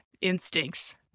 instincts